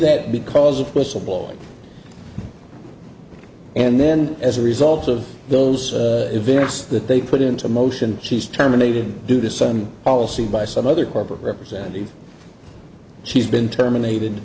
that because of whistle blowing and then as a result of those events that they put into motion she's terminated due to some policy by some other corporate representatives she's been terminated